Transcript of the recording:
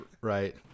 right